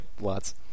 lots